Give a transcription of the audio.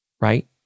right